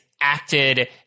acted